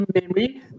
memory